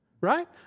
right